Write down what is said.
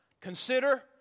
Consider